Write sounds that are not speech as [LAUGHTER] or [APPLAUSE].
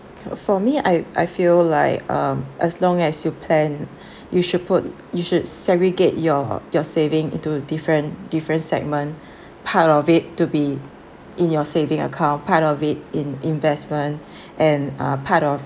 [NOISE] for me I I feel like um as long as you plan [BREATH] you should put you should segregate your your saving into different different segment part of it to be in your saving account part of it in investment and uh part of